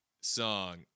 song